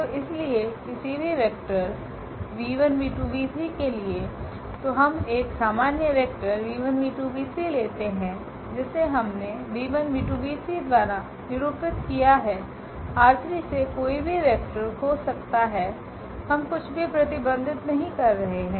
तो इसलिए किसी भी वेक्टर के लिए तो हम एक सामान्य वेक्टर लेते हैं जिसे हमने द्वारा निरूपित किया है ℝ3 से कोई भी वेक्टर हो सकता है हम कुछ भी प्रतिबंधित नहीं कर रहे हैं